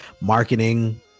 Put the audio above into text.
marketing